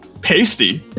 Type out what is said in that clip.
Pasty